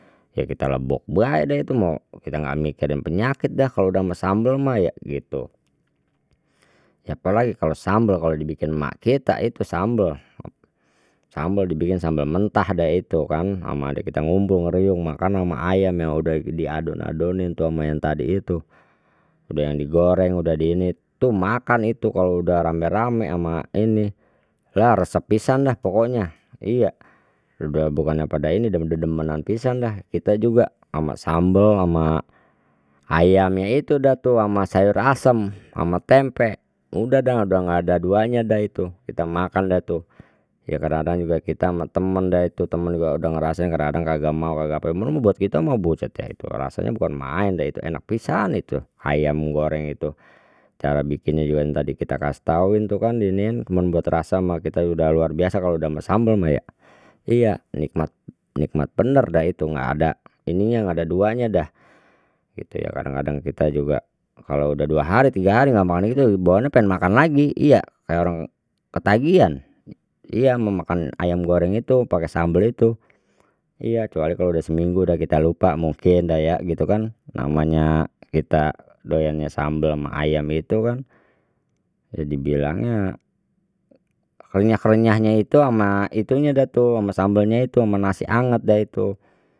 Ya kita lembok bae dah itu mau kita enggak mikirin penyakit dah kalau sudah ama sambal mah ya gitu, ya apa lagi kalau sambel kalau dibikin emak kita itu sambal, sambal dibikin sambal mentah dah itu kan ama adik kita ngumbrung ngriyung makan ama ayam yang sudah diadon adonin tuh ama yang tadi itu, udah yang digoreng sudah diini tuh makan itu kalau sudah ramai ramai ama ini lah resep pisisan dah pokoknya, iya sudah bukannya pada ini dedemenan pisan dah kita juga ama sambel ama ayamnya itu dah tuh ama sayur asem ama tempe udah dah udah enggak ada duanya dah itu kita makan deh tuh ya kadang kadang juga kita ama temen deh itu teman juga udah ngerasain kadang kagak mau kagak ape cuman buat kita mah buset deh itu rasanya bukan main deh itu enak pisan itu ayam goreng itu cara bikinnya juga yang tadi kita kasih tahuin tuh kan diiniin cuma buat rasa mah kita udah luar biasa kalau udah ama sambal mah ya iya nikmat nikmat bener dah itu enggak ada ininya, enggak ada duanya dah gitu ya kadang kadang kita juga kalau udah dua hari tiga hari enggak makan itu bawaannya pengin makan lagi iya kayak orang ketagihan, iya mau makan ayam goreng itu pakai sambal itu, iya kecuali kalau udah seminggu sudah kita lupa mungkin dah ya gitu kan namanya kita doyannya sambel ama ayam itu kan, jadi bilangnya krenyah krenyahnya itu sama itunya dah tu ama sambalnya itu sama nasi anget deh itu.